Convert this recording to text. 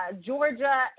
Georgia